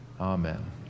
amen